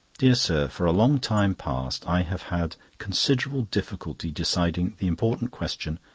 dear sir for a long time past i have had considerable difficulty deciding the important question,